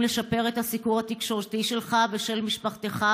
לשפר את הסיקור התקשורתי שלך ושל משפחתך,